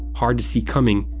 hard to see coming,